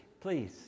please